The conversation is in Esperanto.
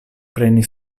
preni